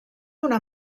una